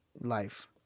life